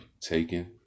taken